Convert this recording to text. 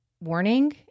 Warning